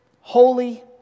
holy